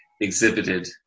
exhibited